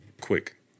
Quick